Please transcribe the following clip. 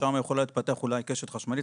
שם יכולה להתפתח אולי קשת חשמלית,